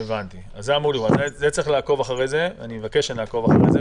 אני מבקש שנעקוב אחרי זה,